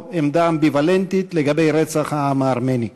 עמדה אמביוולנטית לגבי רצח העם הארמני.